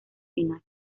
final